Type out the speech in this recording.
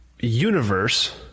universe